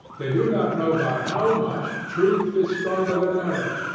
they do not know by how much truth is stronger than error,